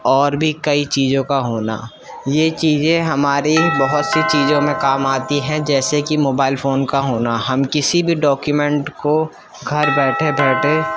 اور بھی کئی چیزوں کا ہونا یہ چیزیں ہمارے بہت سی چیزوں میں کام آتی ہیں جیسے کہ موبائل فون کا ہونا ہم کسی بھی ڈاکیومنٹ کو گھر بیٹھے بیٹھے